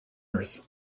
earth